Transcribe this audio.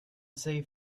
save